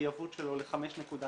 המחויבות שלו ל-5.3.